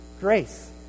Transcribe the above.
grace